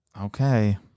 Okay